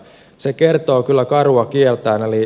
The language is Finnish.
se kertoo kyllä karua kieltään